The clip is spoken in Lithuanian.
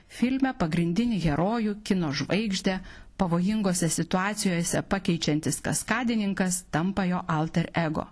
filme pagrindinį herojų kino žvaigždę pavojingose situacijose pakeičiantis kaskadininkas tampa jo alter ego